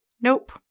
Nope